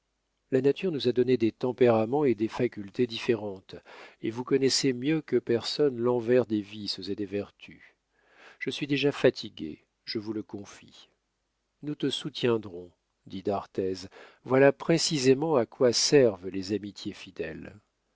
la nature nous a donné des tempéraments et des facultés différents et vous connaissez mieux que personne l'envers des vices et des vertus je suis déjà fatigué je vous le confie nous te soutiendrons dit d'arthez voilà précisément à quoi servent les amitiés fidèles